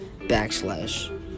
backslash